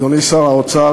אדוני שר האוצר,